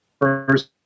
first